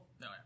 No